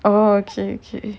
oh okay okay